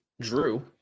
Drew